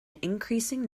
increasing